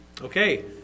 Okay